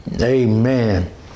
Amen